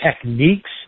techniques